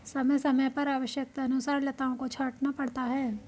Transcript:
समय समय पर आवश्यकतानुसार लताओं को छांटना पड़ता है